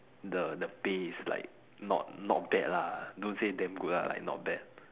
the the pay is like not not bad lah don't say damn good lah like not bad